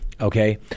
Okay